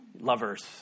lovers